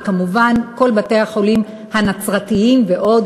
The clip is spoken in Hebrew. וכמובן כל בתי-החולים הנצרתיים ועוד,